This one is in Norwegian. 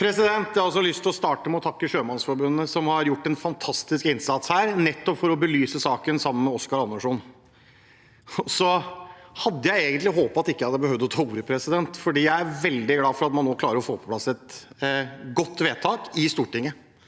Jeg har også lyst til å starte med å takke Sjømannsforbundet, som har gjort en fantastisk innsats her for å belyse saken sammen med Oscar Anderson. Jeg hadde egentlig håpet at jeg ikke behøvde å ta ordet, for jeg er veldig glad for at man nå klarer å få på plass et godt vedtak i Stortinget,